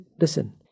listen